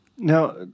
Now